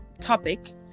topic